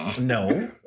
No